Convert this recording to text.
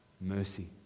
Mercy